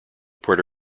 puerto